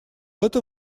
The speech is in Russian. это